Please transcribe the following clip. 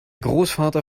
großvater